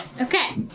Okay